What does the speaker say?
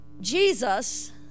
Jesus